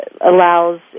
allows